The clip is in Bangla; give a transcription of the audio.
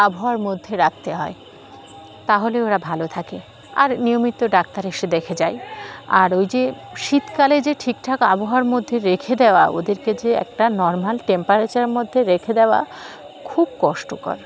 আবহাওয়ার মধ্যে রাখতে হয় তাহলে ওরা ভালো থাকে আর নিয়মিত ডাক্তার এসে দেখে যায় আর ওই যে শীতকালে যে ঠিক ঠাক আবহাওয়ার মধ্যে রেখে দেওয়া ওদেরকে যে একটা নর্মাল টেম্পারেচার মধ্যে রেখে দেওয়া খুব কষ্টকর